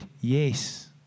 yes